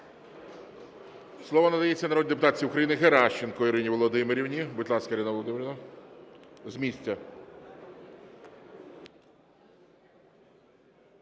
Слово надається народній депутатці України Геращенко Ірині Володимирівні. Будь ласка, Ірина Володимирівна, з місця.